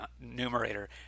numerator